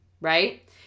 right